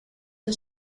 que